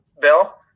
Bill